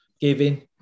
giving